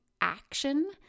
action